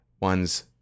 one's